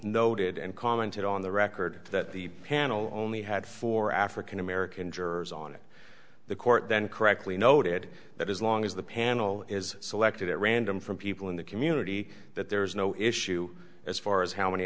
noted and commented on the record that the panel only had four african american jurors on it the court then correctly noted that as long as the panel is selected at random from people in the community that there is no issue as far as how many